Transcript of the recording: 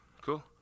Cool